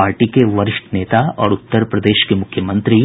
party के वरिष्ठ नेता और उत्तरप्रदेश के मुख्यमंत्री